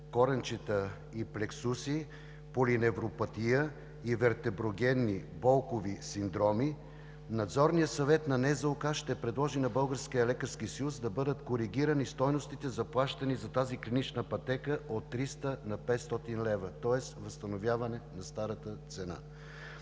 коренчета и плексуси, полиневропатия и вертеброгенни болкови синдроми“, Надзорният съвет на Националната здравноосигурителна каса ще предложи на Българския лекарски съюз да бъдат коригирани стойностите, заплащани за тази клинична пътека от 300 на 500 лв., тоест възстановяване на старата цена,